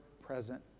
present